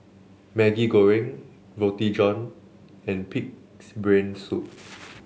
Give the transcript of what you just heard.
Maggi Goreng Roti John and pig's brain soup